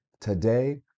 today